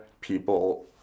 people